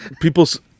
people's